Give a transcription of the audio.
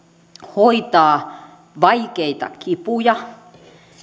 hoitaa vaikeita kipuja